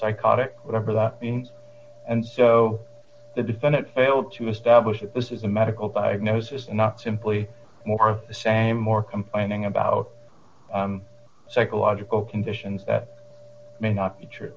psychotic whatever that means and so the defendant failed to establish that this is a medical diagnosis not simply more of the same more complaining about psychological conditions that may not be true